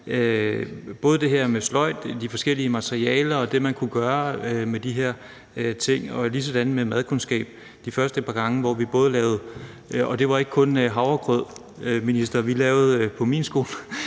både det her med sløjd, de forskellige materialer, og det, man kunne gøre med de her ting, og ligesådan med madkundskab de første par gange, og det var ikke kun havregrød, minister, vi lavede på min skole,